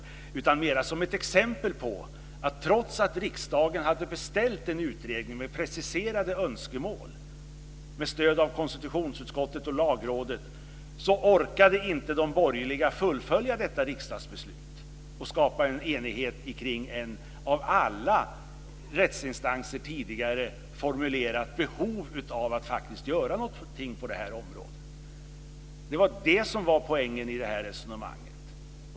Det var mer ett exempel på att trots att riksdagen hade beställt en utredning med preciserade önskemål med stöd av konstitutionsutskottet och Lagrådet, orkade inte de borgerliga fullfölja detta riksdagsbeslut och skapa enighet omkring ett av alla rättsinstanser tidigare formulerat behov att faktiskt göra något på detta område. Det var det som var poängen i det här resonemanget.